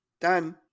Done